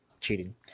cheating